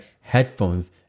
headphones